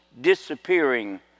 disappearing